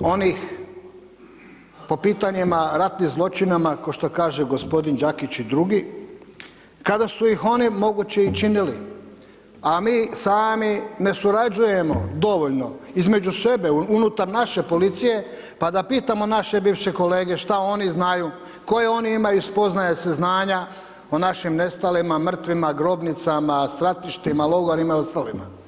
onih po pitanjima ratnih zločinima, ko što kaže g. Đakić i drugi, kada su ih oni moguće i činili, a mi sami sami ne surađujemo dovoljno, između sebe unutar naše policije pa da pitamo naše bivše kolege, što oni znaju, koje oni imaju spoznaje i saznanja o našim nestalima, mrtvima, grobnicama, stratištima, logorima i ostalima.